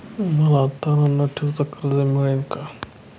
मला तारण न ठेवता कर्ज मिळेल का?